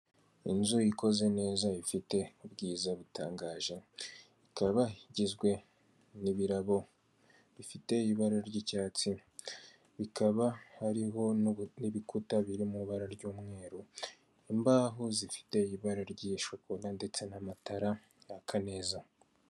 Inzu ikoze neza ifite ubwiza butangaje; ikaba igizwe n'ibirabo bifite ibara ry'icyatsi; bikaba hariho n'ibikuta biri mubara ry'umweru, imbaho zifite ibara ry'ishokora ndetse n'amatara yaka neza!